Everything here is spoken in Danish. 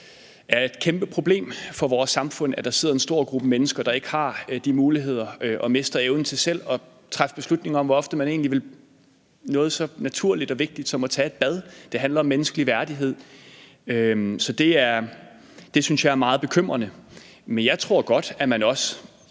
da er et kæmpeproblem for vores samfund, altså at der sidder en stor gruppe mennesker, der ikke har de muligheder og som mister muligheden for selv at træffe beslutning om, hvor ofte man egentlig vil gøre noget så naturligt og vigtigt som at tage et bad. Det handler om menneskelig værdighed. Så det synes jeg er meget bekymrende. Men jeg tror godt, at man også